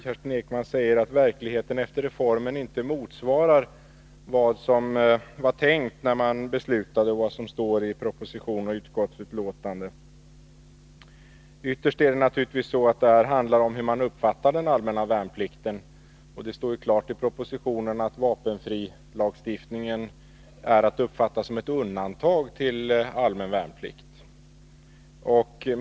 Kerstin Ekman säger att verkligheten efter reformen inte motsvarar vad som var tänkt när man beslutade och vad som står i propositionen och utskottsbetänkandet. Ytterst är det naturligtvis så att det här handlar om hur man uppfattar den allmänna värnplikten. Det står klart i propositionen att vapenfrilagstiftningen är att uppfatta som ett undantag till lagen om allmän värnplikt.